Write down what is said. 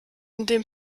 dem